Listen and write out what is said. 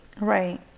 Right